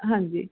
ਹਾਂਜੀ